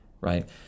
right